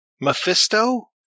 Mephisto